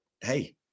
hey